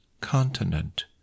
continent